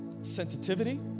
sensitivity